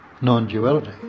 non-duality